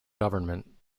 government